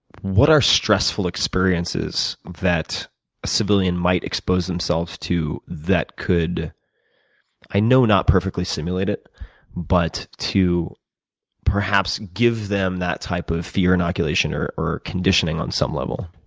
what are stressful experiences that a civilian might expose themselves to that could i know to perfectly simulate it but to perhaps give them that type of fear inoculation or or conditioning on some level?